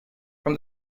from